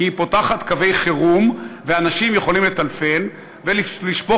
כי היא פותחת קווי חירום ואנשים יכולים לטלפן ולשפוך